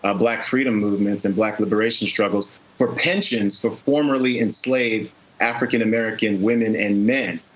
ah black freedom movements and black liberation struggles for pensions for formerly enslaved african american women and men.